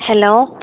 hello